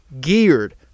geared